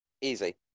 easy